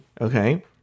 Okay